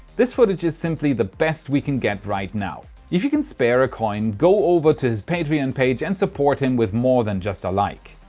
this footage is simply the best we can get right now. if you can spare a coin, go over his patreon page and support him with more than just a like.